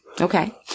Okay